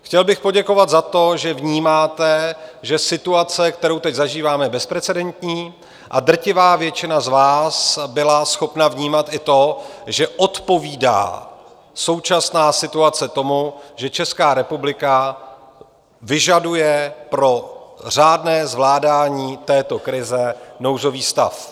Chtěl bych poděkovat za to, že vnímáte, že situace, kterou teď zažíváme, je bezprecedentní, a drtivá většina z vás byla schopna vnímat i to, že odpovídá současná situace tomu, že Česká republika vyžaduje pro řádné zvládání této krize nouzový stav.